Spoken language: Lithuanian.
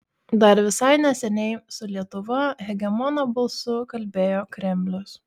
dar visai neseniai su lietuva hegemono balsu kalbėjo kremlius